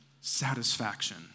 satisfaction